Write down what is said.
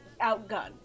outgunned